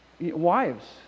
wives